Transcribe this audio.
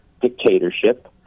dictatorship